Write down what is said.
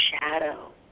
shadow